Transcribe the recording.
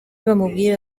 bamubwira